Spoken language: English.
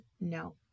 no